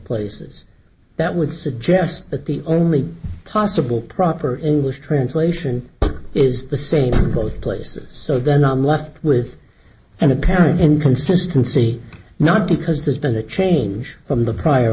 places that would suggest that the only possible proper english translation is the same both places so then i'm left with an apparent inconsistency not because there's been a change from the prior